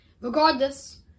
Regardless